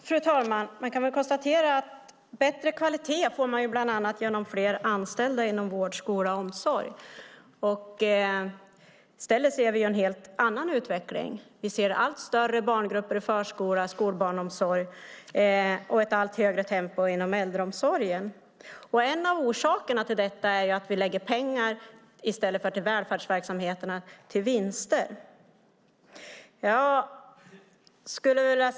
Fru talman! Bättre kvalitet får man bland annat genom fler anställda inom vård, skola och omsorg. Men i stället ser vi nu en helt annan utveckling. Vi ser allt större barngrupper i förskola och skolbarnomsorg och också ett allt högre tempo inom äldreomsorgen. En av orsakerna till detta är att vi i stället för att lägga pengar på välfärdsverksamheterna låter pengarna gå till vinster.